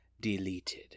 deleted